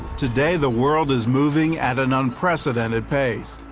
today the world is moving at an unprecedented pace.